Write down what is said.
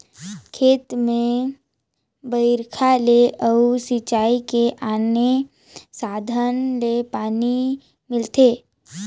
खेत में बइरखा ले अउ सिंचई के आने साधन ले पानी मिलथे